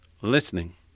listening